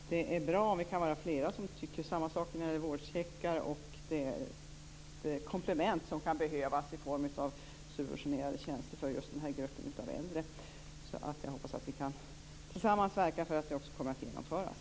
Fru talman! Det är bra om vi är flera som tycker samma sak när det gäller vårdcheckarna och det komplement som kan behövas i form av subventionerade tjänster för just nämnda grupp äldre. Jag hoppas att vi tillsammans kan verka för att detta också genomförs.